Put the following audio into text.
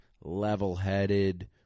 level-headed